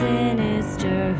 Sinister